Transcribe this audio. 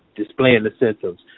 displaying the symptoms.